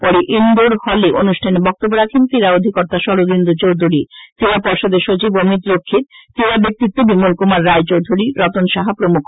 পরে ইনডোর হলে অনুষ্ঠানে বক্তব্য রাখেন ক্রীডা অধিকর্তা শরদিন্দু চৌধুরী ক্রীড়া পর্ষদের সচিব অমিত রক্ষিত ক্রীড়া ব্যক্তিত্ব বিমল কুমার রায়চৌধুরী রতন সাহা প্রমুখ